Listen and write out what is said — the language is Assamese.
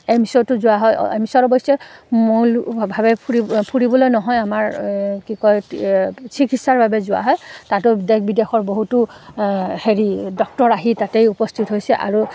এইমছ্টো যোৱা হয় এইমছ্ত অৱশ্যে মূলভাৱে ফুৰি ফুৰিবলৈ নহয় আমাৰ কি কয় চিকিৎসাৰ বাবে যোৱা হয় তাতো দেশ বিদেশৰ বহুতো হেৰি ডক্তৰ আহি তাতেই উপস্থিত হৈছে আৰু